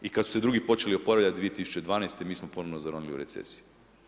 I kada su se drugi počeli oporavljat 2012. mi smo ponovno zaronili u recesiju.